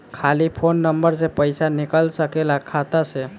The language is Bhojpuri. खाली फोन नंबर से पईसा निकल सकेला खाता से?